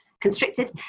constricted